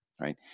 right